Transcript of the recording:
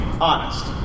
honest